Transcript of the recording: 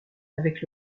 avec